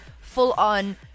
full-on